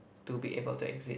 to be able to exit